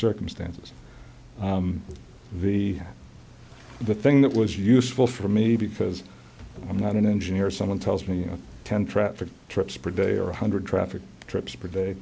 circumstances the the thing that was useful for me because i'm not an engineer or someone tells me ten traffic trips per day or one hundred traffic trips per day